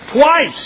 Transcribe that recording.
Twice